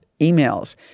emails